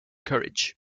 courage